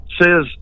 says